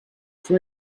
from